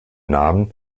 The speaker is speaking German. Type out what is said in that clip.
namen